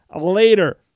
later